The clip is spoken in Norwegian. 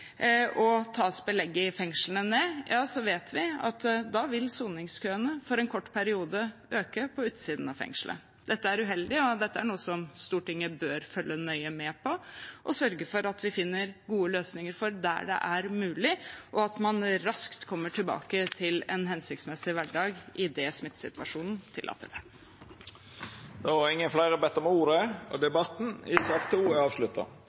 Tas belegget i fengslene ned, vet vi at da vil soningskøene i en kort periode øke på utsiden av fengslene. Dette er uheldig, og dette er noe Stortinget bør følge nøye med på og sørge for at vi finner gode løsninger for der det er mulig, og at man raskt kommer tilbake til en hensiktsmessig hverdag idet smittesituasjonen tillater det. Fleire har ikkje bedt om ordet til sak nr. 2. Kampen mot negativ sosial kontroll er en av de viktigste frihetskampene vi har i dagens Norge. Norge er